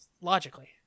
logically